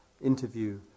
interview